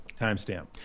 timestamp